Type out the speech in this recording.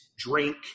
Drink